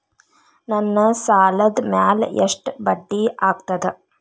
ನನ್ನ ಸಾಲದ್ ಮ್ಯಾಲೆ ಎಷ್ಟ ಬಡ್ಡಿ ಆಗ್ತದ?